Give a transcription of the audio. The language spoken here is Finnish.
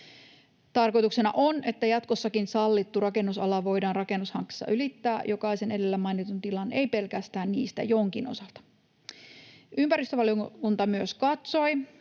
Tarkoituksena on, että jatkossakin sallittu rakennusala voidaan rakennushankkeessa ylittää jokaisen edellä mainitun tilan, ei pelkästään niistä jonkin, osalta. Ympäristövaliokunta myös katsoi,